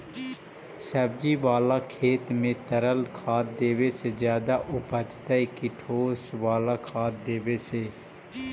सब्जी बाला खेत में तरल खाद देवे से ज्यादा उपजतै कि ठोस वाला खाद देवे से?